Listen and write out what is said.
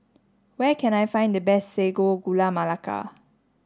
where can I find the best Sago Gula Melaka